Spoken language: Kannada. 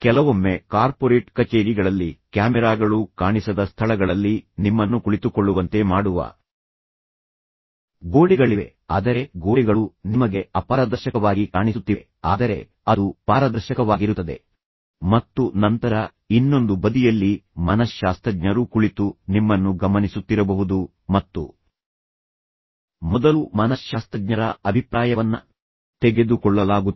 ಕೆಲವೊಮ್ಮೆ ಕಾರ್ಪೊರೇಟ್ ಕಚೇರಿಗಳಲ್ಲಿ ಕ್ಯಾಮೆರಾಗಳು ಕಾಣಿಸದ ಸ್ಥಳಗಳಲ್ಲಿ ನಿಮ್ಮನ್ನು ಕುಳಿತುಕೊಳ್ಳುವಂತೆ ಮಾಡುವ ಗೋಡೆಗಳಿವೆ ಆದರೆ ಗೋಡೆಗಳು ನಿಮಗೆ ಅಪಾರದರ್ಶಕವಾಗಿ ಕಾಣಿಸುತ್ತಿವೆ ಆದರೆ ಅದು ಪಾರದರ್ಶಕವಾಗಿರುತ್ತದೆ ಮತ್ತು ನಂತರ ಇನ್ನೊಂದು ಬದಿಯಲ್ಲಿ ಮನಶ್ಶಾಸ್ತ್ರಜ್ಞರು ಕುಳಿತು ನಿಮ್ಮನ್ನು ಗಮನಿಸುತ್ತಿರಬಹುದು ಮತ್ತು ಮೊದಲು ಮನಶ್ಶಾಸ್ತ್ರಜ್ಞರ ಅಭಿಪ್ರಾಯವನ್ನ ತೆಗೆದುಕೊಳ್ಳಲಾಗುತ್ತದೆ